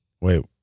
Wait